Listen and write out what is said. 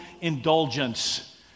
indulgence